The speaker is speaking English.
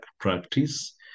practice